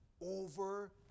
over